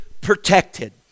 protected